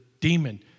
demon